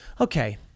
okay